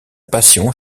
passion